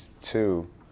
two